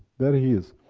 there he is.